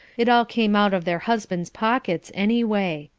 it all came out of their husband's pockets anyway.